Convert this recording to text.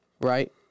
Right